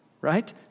right